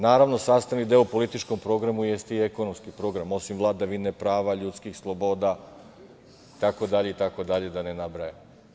Naravno, sastavni deo političkom programu jeste i ekonomski program, osim vladavine prava, ljudskih sloboda itd, da ne nabrajam.